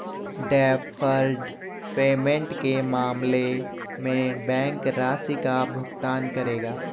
deferred payment के मामले में बैंक राशि का भुगतान करेगा